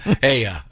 Hey